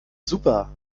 super